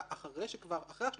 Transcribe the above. הרעיון הוא להחזיר את